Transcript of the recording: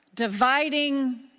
dividing